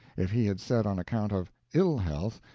if he had said on account of ill-health,